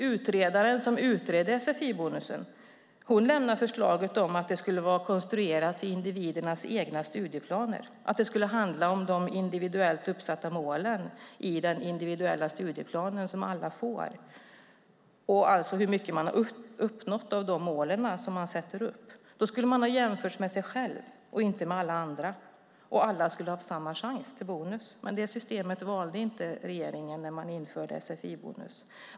Utredaren av sfi-bonusen föreslår att den ska vara konstruerad utifrån individens egna studieplaner, att det skulle handla om de individuellt uppsatta målen i den individuella studieplan som alla får, alltså hur mycket man uppnått av de mål man satt upp. Då skulle man ha jämförts med sig själv och inte med alla andra, och alla skulle ha haft samma chans till bonus. Det systemet valde inte regeringen när man införde sfi-bonus.